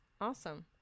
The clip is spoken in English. Awesome